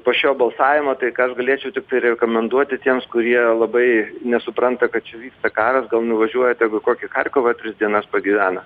po šio balsavimo tai ką aš galėčiau tiktai rekomenduoti tiems kurie labai nesupranta kad čia vyksta karas gal nuvažiuoja tegu į kokį charkovą tris dienas pagyvena